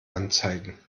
anzeigen